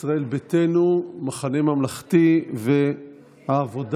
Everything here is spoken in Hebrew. ישראל ביתנו, מחנה ממלכתי והעבודה,